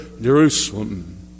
Jerusalem